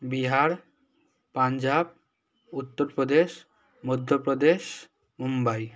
Bihar Punjab Uttar Pradesh Madhya Pradesh Mumbai